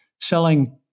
selling